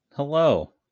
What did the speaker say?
Hello